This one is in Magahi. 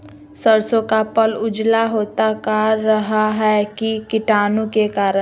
सरसो का पल उजला होता का रहा है की कीटाणु के करण?